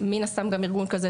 מן הסתם גם ארגון כזה,